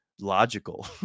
logical